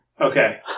Okay